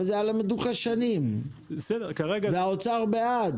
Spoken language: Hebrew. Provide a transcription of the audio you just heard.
אבל זה על המדוכה כבר שנים, והאוצר בעד.